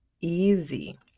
easy